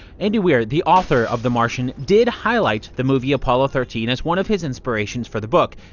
andy weir, the author of the martian did highlight the movie apollo thirteen as one of his inspirations for the book.